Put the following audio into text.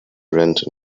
rent